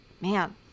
man